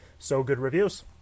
sogoodreviews